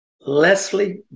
Leslie